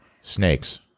Snakes